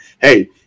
hey